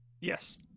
Yes